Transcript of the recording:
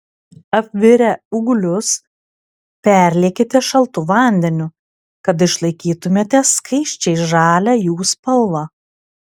apvirę ūglius perliekite šaltu vandeniu kad išlaikytumėte skaisčiai žalią jų spalvą